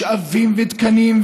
משאבים ותקנים,